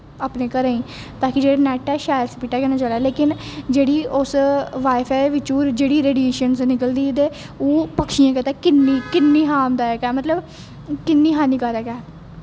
अपने घरें च ताकि जेह्ड़ा नैट शैल स्पीडा कन्नै चलै लेकिन जेह्ड़ी उस वाई फाई बिच्चूं जेह्ड़ी रेडियेशन निकलदी ते ओह् पक्षियें गित्तै किन्नी किन्नी हार्मदायक ऐ मतलब किन्नी हानिकारक ऐ